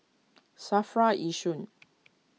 Safra Yishun